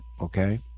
okay